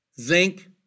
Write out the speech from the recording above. zinc